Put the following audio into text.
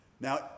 Now